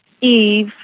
Eve